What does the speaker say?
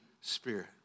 spirit